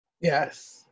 Yes